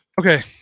Okay